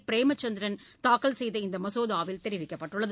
பிரேமச்சந்திரன் தாக்கல் செய்த இந்தமசோதாவில் தெரிவிக்கப்பட்டுள்ளது